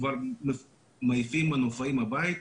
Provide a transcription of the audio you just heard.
כבר מעיפים מנופאים הביתה.